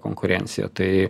konkurencija tai